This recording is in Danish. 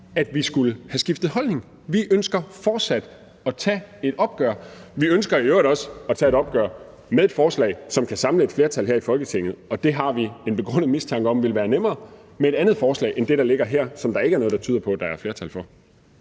at vi skulle have skiftet holdning. Vi ønsker fortsat at tage et opgør, og vi ønsker i øvrigt også at tage et opgør via et forslag, som kan samle et flertal her i Folketinget. Og det har vi en begrundet mistanke om ville være nemmere med et andet forslag end det, der ligger her, som der ikke er noget der tyder på der er flertal for.